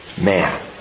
man